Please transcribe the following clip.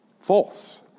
False